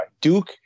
Duke